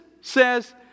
says